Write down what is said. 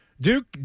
Duke